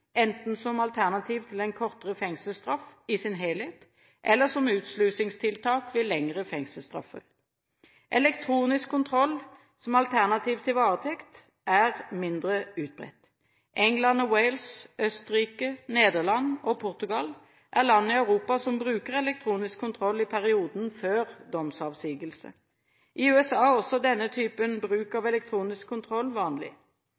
enten som alternativ til en kortere fengselsstraff i sin helhet eller som utslusingstiltak ved lengre fengselsstraffer. Elektronisk kontroll som alternativ til varetekt er mindre utbredt. England og Wales, Østerrike, Nederland og Portugal er land i Europa som bruker elektronisk kontroll i perioden før domsavsigelse. I USA er også denne type bruk av elektronisk kontroll vanlig.